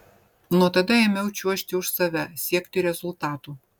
nuo tada ėmiau čiuožti už save siekti rezultatų